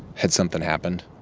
had something happened?